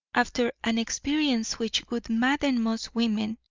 after an experience which would madden most women,